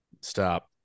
Stop